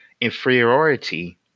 inferiority